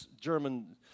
German